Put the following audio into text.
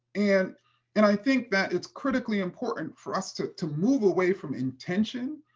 and and i think that it's critically important for us to to move away from intention,